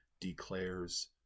declares